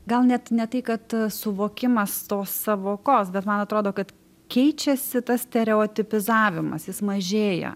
gal net ne tai kad suvokimas tos sąvokos bet man atrodo kad keičiasi tas stereotipizavimas jis mažėja